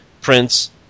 Prince